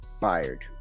fired